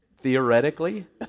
Theoretically